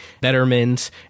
Betterment